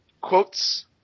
quotes